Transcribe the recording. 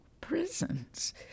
prisons